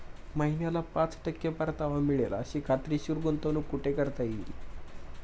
महिन्याला पाच टक्के परतावा मिळेल अशी खात्रीशीर गुंतवणूक कुठे करता येईल?